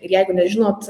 ir jeigu nežinot